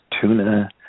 tuna